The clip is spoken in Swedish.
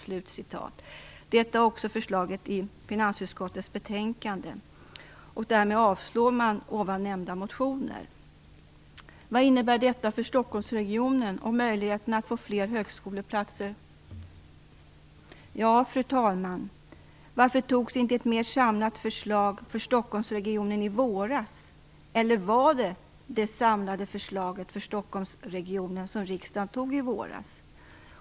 Detta är också förslaget i finansutskottets betänkande. Därmed avstyrker man dessa motioner. Vad innebär detta för Stockholmsregionen och möjligheterna att få fler högskoleplatser? Ja, fru talman, varför antogs inte ett mer samlat förslag för Stockholmsregionen i våras, eller var det det samlade förslaget för Stockholmsregionen som riksdagen antog i våras?